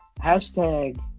hashtag